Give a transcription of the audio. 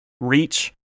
reach